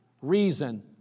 reason